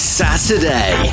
saturday